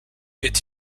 est